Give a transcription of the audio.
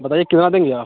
बताइए कितना देंगे आप